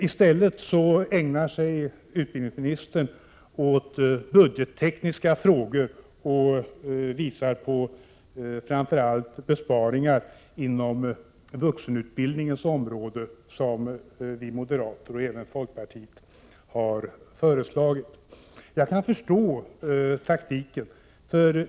I stället ägnade sig utbildningsministern åt budgettekniska frågor och visade på framför allt besparingar inom vuxenutbildningens område som vi moderater och även folkpartiet har föreslagit. Jag kan förstå taktiken.